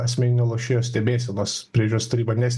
asmeninio lošėjo stebėsenos priežiūros taryba nes